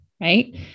right